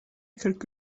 kırk